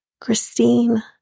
Christine